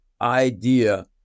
idea